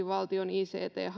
valtion ict